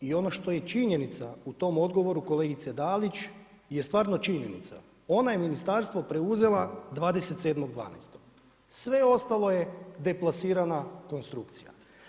I ono što je činjenica u tom odgovoru kolegice Dalić je stvarno činjenica, ona je ministarstvo preuzela 27.12., sve ostalo je deplasirana konstrukcija.